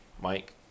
Mike